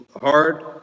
hard